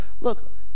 look